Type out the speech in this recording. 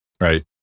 Right